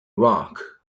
rock